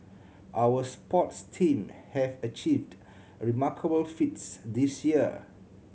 our sports team have achieved remarkable feats this year